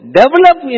develop